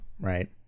right